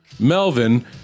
melvin